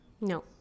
No